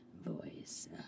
voice